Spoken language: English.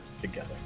Together